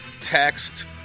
text